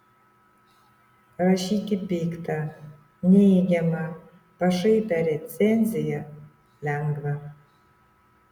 rašyti piktą neigiamą pašaipią recenziją lengva